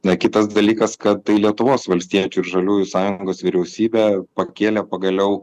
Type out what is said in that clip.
na kitas dalykas kad tai lietuvos valstiečių ir žaliųjų sąjungos vyriausybė pakėlė pagaliau